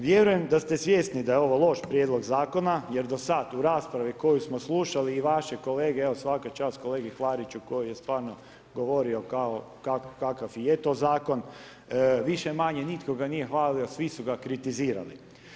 Vjerujem da ste svjesni da je ovo loš prijedlog zakona jer do sad u raspravi koju smo slušali i vaše kolege, evo svaka čast kolegi Klariću koji je stvarno govorio kakav je to zakon, više-manje nitko ga nije hvalio, svi su ga kritizirali.